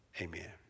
Amen